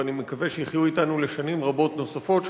ואני מקווה שיחיו אתנו שנים רבות נוספות,